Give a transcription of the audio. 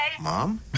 mom